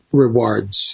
rewards